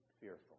fearful